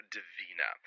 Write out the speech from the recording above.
Divina